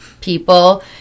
people